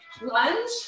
lunge